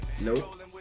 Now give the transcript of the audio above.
Nope